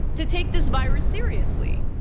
to take this virus seriously.